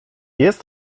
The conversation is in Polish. jest